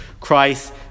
Christ